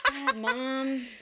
Mom